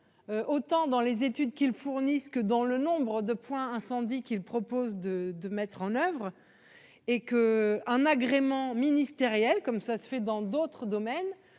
Autant dans les études qu'ils fournissent que dans le nombre de points incendie qu'il propose de, de mettre en oeuvre. Et que un agrément ministériel comme ça se fait dans d'autres domaines.